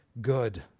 good